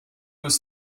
was